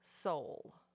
soul